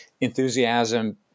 enthusiasm